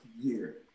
year